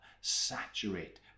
saturate